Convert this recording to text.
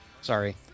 Sorry